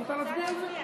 את רוצה שנצביע על זה?